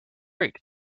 great